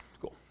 cool